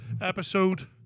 episode